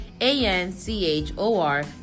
a-n-c-h-o-r